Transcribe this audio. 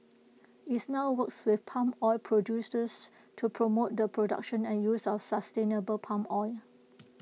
is now works with palm oil producers to promote the production and use of sustainable palm oil